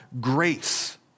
Grace